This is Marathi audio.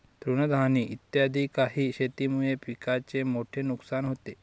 तृणधानी इत्यादी काही शेतीमुळे पिकाचे मोठे नुकसान होते